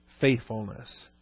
Faithfulness